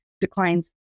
declines